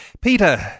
Peter